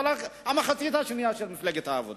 אלא המחצית השנייה של מפלגת העבודה.